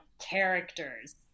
characters